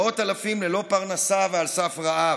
מאות אלפים ללא פרנסה ועל סף רעב.